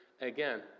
again